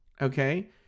okay